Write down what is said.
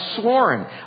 sworn